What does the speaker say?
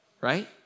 right